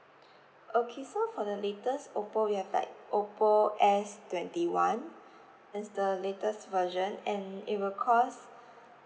okay so for the latest oppo we have like oppo S twenty one that's the latest version and it will cost